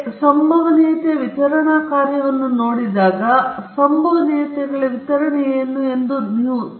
ಈಗ ನೀವು ಸಂಭವನೀಯತೆ ವಿತರಣಾ ಕಾರ್ಯವನ್ನು ಹೊಂದಿರುವಾಗ ಸಂಭವನೀಯತೆಗಳ ವಿತರಣೆ ಇದೆ ಎಂದು ಊಹಿಸಬಹುದು